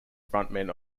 frontman